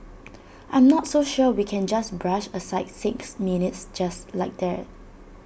I'm not so sure we can just brush aside six minutes just like that